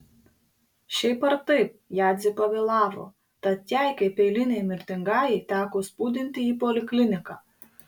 šiaip ar taip jadzė pavėlavo tad jai kaip eilinei mirtingajai teko spūdinti į polikliniką